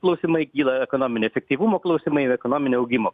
klausimai kyla ekonominio efektyvumo klausimai ekonominio augimo